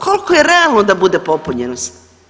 Koliko je realno da bude popunjenost?